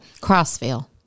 Crossville